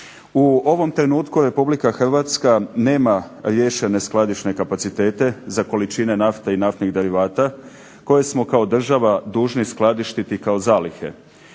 U ovom trenutku Republika Hrvatska nema riješene skladišne kapacitete za količine nafte i naftnih derivata koje smo kao država dužni skladištiti kao zalihe.